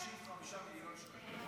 65 מיליון שקלים.